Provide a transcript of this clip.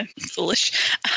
foolish